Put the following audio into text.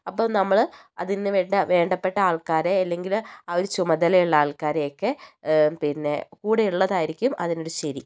അപ്പോൾ നമ്മൾ അതിന് വേണ്ട വേണ്ടപ്പെട്ട ആൾക്കാരെ അല്ലെങ്കിൽ ആ ഒരു ചുമതലയുള്ള ആൾക്കാരെയൊക്കെ പിന്നെ കൂടെയുള്ളതായിരിക്കും അതിൻ്റെ ഒരു ശരി